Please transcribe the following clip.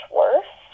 worse